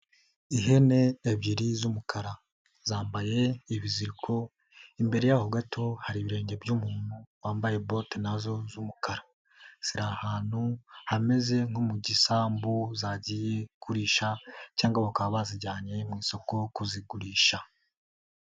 Ihene ebyiri z'umukara zambaye ibiziko imbere yaho gato hari ibirenge by'umuntu wambaye bote na zo z'umukara, ziri ahantu hameze nko mu gisambu zagiye kurisha cyangwa bakaba bazijyanye mu isoko kuzigurisha.